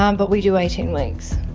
um but we do eighteen weeks.